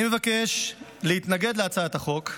אני מבקש להתנגד להצעת החוק,